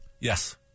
Yes